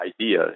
idea